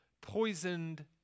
poisoned